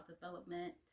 development